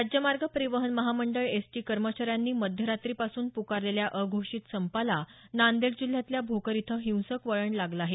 राज्य मार्ग परिवहन महामंडळ एसटी कर्मचाऱ्यांनी काल मध्यरात्रीपासून पुकारलेल्या अघोषित संपाला नांदेड जिल्ह्यातल्या भोकर इथं हिंसक वळण लागलं आहे